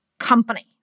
Company